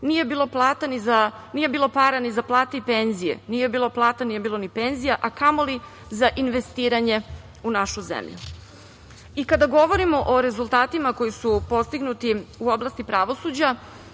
nije bilo para ni za plate i penzije. Nije bilo plata, nije bilo ni penzija, a kamoli za investiranje u našu zemlju. I kada govorimo o rezultatima koji su postignuti u oblasti pravosuđa,